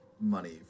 money